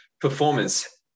performance